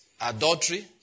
Adultery